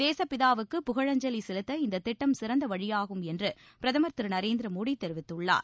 தேசபிதாவுக்கு புகழஞ்சலி செலுத்த இந்த திட்டம் சிறந்த வழியாகும் என்று பிரதமர் திரு நரேந்திரமோடி தெரிவித்துள்ளார்